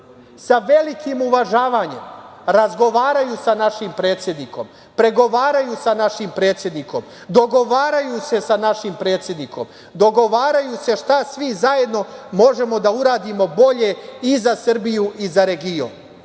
sa velikim uvažavanjem razgovaraju sa našim predsednikom, pregovaraju sa našim predsednikom, dogovaraju se sa našim predsednikom, dogovaraju se šta svi zajedno možemo da uradimo bolje i za Srbiju i za